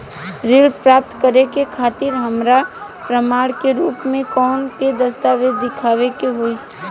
ऋण प्राप्त करे के खातिर हमरा प्रमाण के रूप में कउन से दस्तावेज़ दिखावे के होइ?